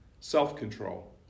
self-control